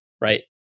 right